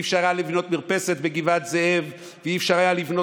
לא היה אפשר לבנות מרפסת בגבעת זאב ולא היה אפשר היה לבנות,